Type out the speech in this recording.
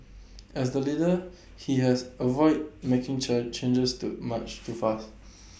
as the leader he has avoid making church changes too much too far